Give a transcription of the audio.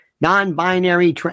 Non-binary